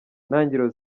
ntangiriro